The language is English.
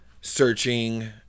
searching